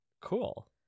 Cool